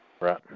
Right